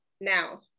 now